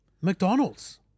McDonald's